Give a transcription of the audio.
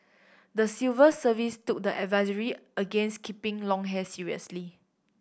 the civil service took the advisory against keeping long hair seriously